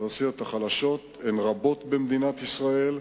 האוכלוסיות החלשות הן רבות במדינת ישראל.